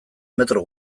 metro